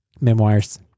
memoirs